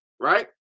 right